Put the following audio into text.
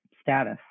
status